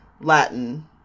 latin